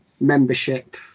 membership